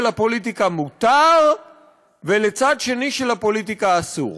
הפוליטיקה מותר ולצד השני של הפוליטיקה אסור.